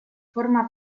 forma